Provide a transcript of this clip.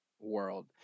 World